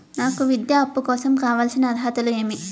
నాకు విద్యా అప్పు కోసం కావాల్సిన అర్హతలు ఏమి?